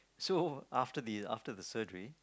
so after the after the surgery